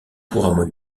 couramment